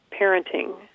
parenting